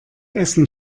essen